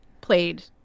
played